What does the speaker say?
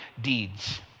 deeds